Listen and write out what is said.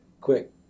Quick